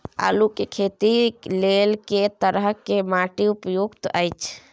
आलू के खेती लेल के तरह के माटी उपयुक्त अछि?